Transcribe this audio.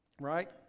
right